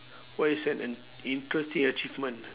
what you said an interesting achievement